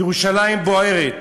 ירושלים בוערת